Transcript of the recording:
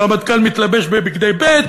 הרמטכ"ל מתלבש בבגדי ב'.